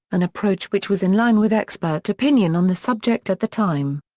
an approach which was in line with expert opinion on the subject at the time.